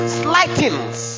slightings